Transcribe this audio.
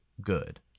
good